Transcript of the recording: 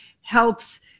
helps